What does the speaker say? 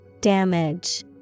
Damage